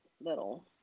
little